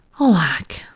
Alack